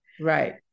Right